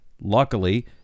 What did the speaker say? luckily